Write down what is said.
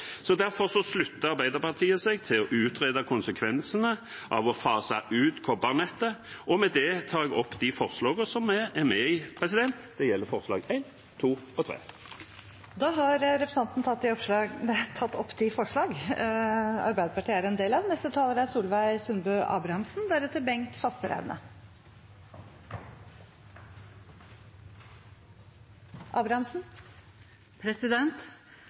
slutter Arbeiderpartiet seg til å utrede konsekvensene av å fase ut kobbernettet. Med det tar jeg opp de forslagene som vi er med på, og det gjelder forslag nr. 1, 2 og 3. Da har representanten Øystein Langholm Hansen tatt opp de forslagene som han refererte til. Koparnettet har blitt over 100 år gammalt. Det er